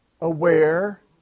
aware